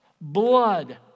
Blood